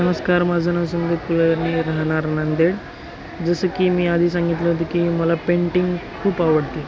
नमस्कार माझं नाव संदिप कुलनी राहणार नांदेड जसं की मी आधी सांगितलं होतं की मला पेंटिंग खूप आवडते